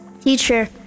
teacher